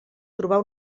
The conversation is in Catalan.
trobar